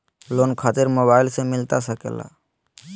Loan खातिर mobile से मिलता सके?